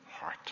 heart